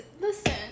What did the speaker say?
listen